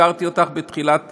והזכרתי אותך בהתחלה.